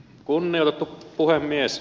kunnioitettu puhemies